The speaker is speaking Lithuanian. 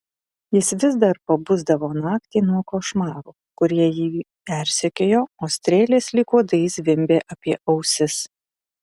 jis vis dar pabusdavo naktį nuo košmarų kurie jį persekiojo o strėlės lyg uodai zvimbė apie ausis